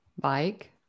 Bike